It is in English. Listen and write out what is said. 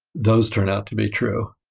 those turn out to be true.